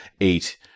eight